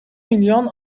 milyon